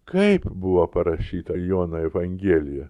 kaip buvo parašyta jono evangelija